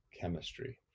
Chemistry